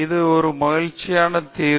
சங்கரன் இறுதியாக இது ஒரு மகிழ்ச்சியான தீர்வு